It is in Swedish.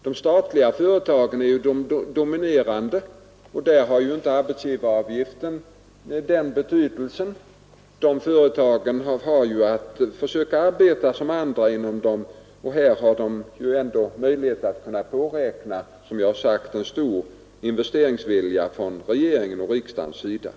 De statliga företagen är ju dominerande och för dem har arbetsgivaravgiften inte den betydelsen. De företagen har ju att försöka arbeta som andra, men de kan som sagt påräkna en stor investeringsvilja från regeringens och riksdagens sida.